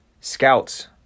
scouts